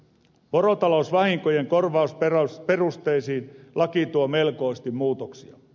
porotalousvahinkojen korvausperusteisiin laki tuo melkoisesti muutoksia